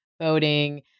voting